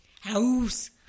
house